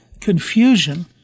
confusion